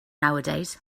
nowadays